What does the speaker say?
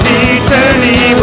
eternity